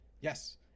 Yes